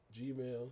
gmail